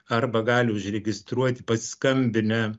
arba gali užregistruoti pasiskambinę